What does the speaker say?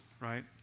Right